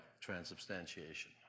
transubstantiation